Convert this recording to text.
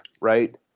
right